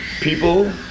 people